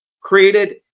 created